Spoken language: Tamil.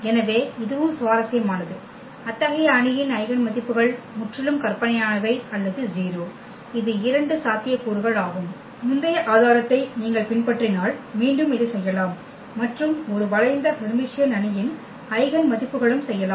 எனவே இதுவும் சுவாரஸ்யமானது அத்தகைய அணியின் ஐகென் மதிப்புகள் முற்றிலும் கற்பனையானவை அல்லது 0 இது இரண்டு சாத்தியக்கூறுகள் ஆகும் முந்தைய ஆதாரத்தை நீங்கள் பின்பற்றினால் மீண்டும் இதைச் செய்யலாம் மற்றும் ஒரு வளைந்த ஹெர்மிசியன் அணியின் ஐகென் மதிப்புகளும் செய்யலாம்